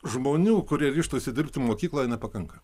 žmonių kurie ryžtųsi dirbti mokykloje nepakanka